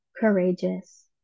courageous